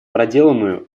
проделанную